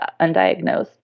undiagnosed